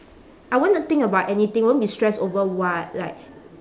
I wanna think about anything won't be stressed over what like